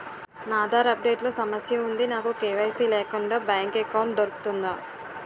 నా Aadhaar update లో సమస్య వుంది నాకు కే.వై.సీ లేకుండా బ్యాంక్ ఎకౌంట్దొ రుకుతుందా?